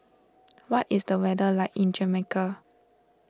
what is the weather like in Jamaica